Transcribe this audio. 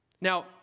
Now